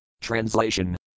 Translation